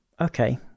Okay